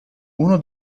uno